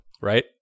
right